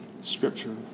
Scripture